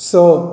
स